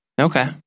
Okay